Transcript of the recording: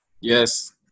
Yes